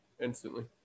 instantly